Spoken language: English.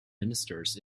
ministers